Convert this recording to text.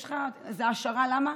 יש לך השערה למה?